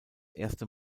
erste